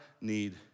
need